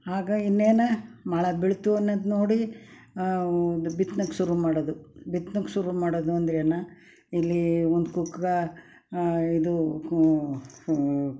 ಆಗ ಇನ್ನೇನು ಮಳೆ ಬಿತ್ತು ಅನ್ನೋದು ನೋಡಿ ಬಿತ್ನೆಗೆ ಶುರು ಮಾಡೋದು ಬಿತ್ನೆಗೆ ಶುರು ಮಾಡೋದು ಅಂದ್ರೆ ಏನು ಇಲ್ಲಿ ಒಂದು ಕುಕ್ಕ ಇದು ಕೂ